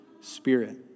spirit